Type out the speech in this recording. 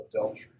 adultery